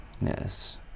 Yes